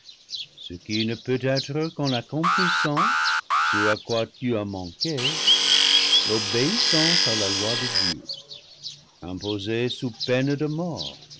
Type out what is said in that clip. ce qui ne peut être qu'en accomplissant ce à quoi tu as manqué l'obéissance à la loi de dieu impo sée sous peine de mort